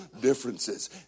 differences